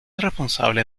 responsable